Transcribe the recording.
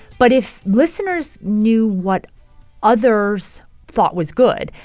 but if listeners knew what others thought was good,